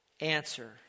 answer